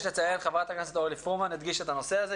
יש לציין חברת הכנסת אורלי פורמן הדגישה את הנושא הזה.